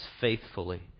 faithfully